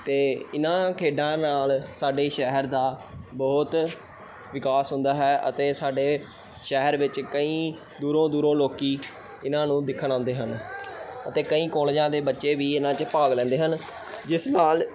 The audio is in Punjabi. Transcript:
ਅਤੇ ਇਹਨਾਂ ਖੇਡਾਂ ਨਾਲ ਸਾਡੇ ਸ਼ਹਿਰ ਦਾ ਬਹੁਤ ਵਿਕਾਸ ਹੁੰਦਾ ਹੈ ਅਤੇ ਸਾਡੇ ਸ਼ਹਿਰ ਵਿੱਚ ਕਈ ਦੂਰੋਂ ਦੂਰੋਂ ਲੋਕ ਇਹਨਾਂ ਨੂੰ ਦੇਖਣ ਆਉਂਦੇ ਹਨ ਅਤੇ ਕਈ ਕਾਲਜਾਂ ਦੇ ਬੱਚੇ ਵੀ ਇਹਨਾਂ 'ਚ ਭਾਗ ਲੈਂਦੇ ਹਨ ਜਿਸ ਨਾਲ